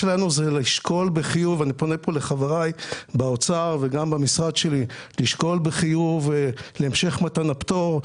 אני פונה פה לחבריי באוצר וגם במשרד שלי לשקול בחיוב המשך מתן הפטור.